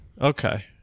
Okay